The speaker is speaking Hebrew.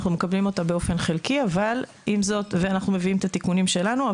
אנחנו מקבלים אותה באופן חלקי ואנחנו מביאים את התיקונים שלנו,